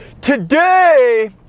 Today